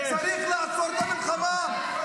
צריך לעצור את המלחמה.